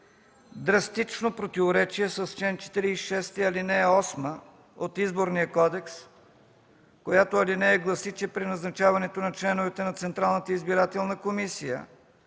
драстично противоречие с чл. 46, ал. 8 от Изборния кодекс, която алинея гласи, че при назначаването на членовете на